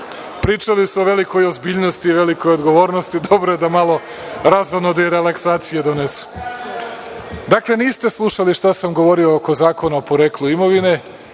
pričali su o velikoj ozbiljnosti i velikoj odgovornosti. Dobro je da malo razonode i relaksacije donesu. Dakle, niste slušali šta sam govorio oko Zakona o poreklu imovine,